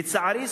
לצערי,